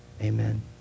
Amen